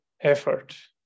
effort